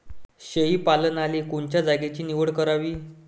शेळी पालनाले कोनच्या जागेची निवड करावी?